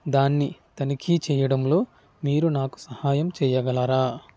దాన్ని తనిఖీ చెయ్యడంలో మీరు నాకు సహాయం చెయ్యగలరా